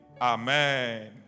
Amen